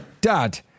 dad